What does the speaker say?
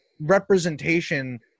representation